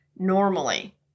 Normally